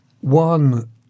one